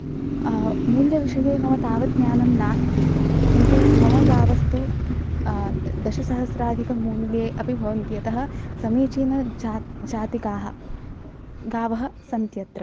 मूल्य विषये मम तावत् ज्ञानं नास्ति किन्तु मम गावस्तु दशसहस्राधिकं मूल्ये अपि भवन्ति अतः समीचीन जा जातिकाः गावः सन्त्यत्र